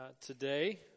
today